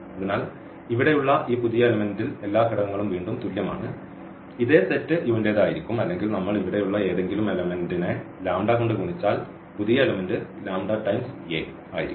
അതിനാൽ ഇവിടെയുള്ള ഈ പുതിയ എലെമെന്റ്ൽ എല്ലാ ഘടകങ്ങളും വീണ്ടും തുല്യമാണ് ഇതേ സെറ്റ് U വിന്റേതായിരിക്കും അല്ലെങ്കിൽ നമ്മൾഇവിടെയുള്ള ഏതെങ്കിലും എലെമെന്റ്നെ കൊണ്ട് ഗുണിച്ചാൽ പുതിയ എലെമെന്റ് λa ആയിരിക്കും